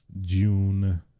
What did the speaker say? June